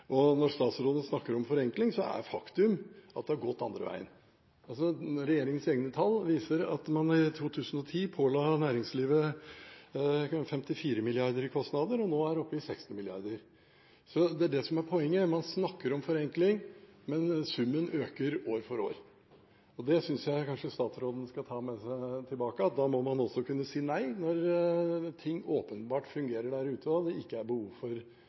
og hvilke utfordringer de har i de enkelte land. Når statsråden snakker om forenkling, er det et faktum at det har gått den andre veien. Regjeringens egne tall viser at man i 2010 påla næringslivet 54 mrd. kr i kostnader. Nå er man oppe i 60 mrd. kr. Det er det som er poenget: Man snakker om forenkling, men summen øker år for år. Jeg synes kanskje statsråden skal ta med seg tilbake at når ting åpenbart fungerer der ute, og det ikke er behov for noen lovfesting av noe som helst, må man også kunne si